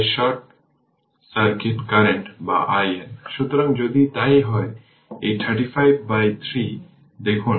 সুতরাং এই সার্কিট আসলে প্রাথমিকভাবে দীর্ঘ সময়ের জন্য ক্লোজ ছিল এবং t 0 এ এটি ওপেন ছিল